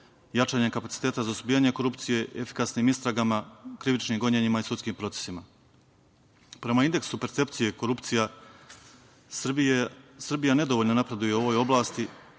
jačanjem kapaciteta za suzbijanje korupcije, efikasnim istragama, krivičnim gonjenjima i sudskim procesima. Prema indeksu percepcije korupcija, Srbija nedovoljno napreduje u ovoj oblasti,